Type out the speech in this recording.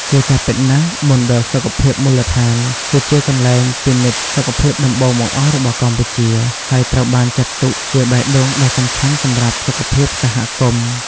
ជាការពិតណាស់ មណ្ឌលសុខភាពមូលដ្ឋាន គឺជាកន្លែងពិនិត្យសុខភាពដំបូងបង្អស់របស់កម្ពុជា ហើយត្រូវបានចាត់ទុកជាបេះដូងដ៏សំខាន់សម្រាប់សុខភាពសហគមន៍។